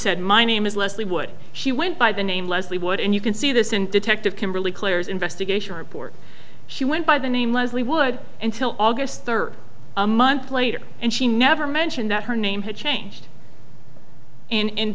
said my name is leslie wood she went by the name leslie wood and you can see this in detective kimberly claire's investigation report she went by the name leslie would until august third a month later and she never mentioned that her name had changed in